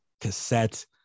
cassette